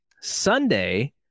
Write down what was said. sunday